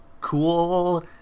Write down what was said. cool